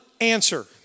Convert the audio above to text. answer